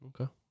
Okay